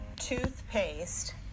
toothpaste